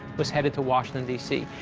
was headed to washington d c.